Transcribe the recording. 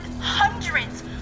hundreds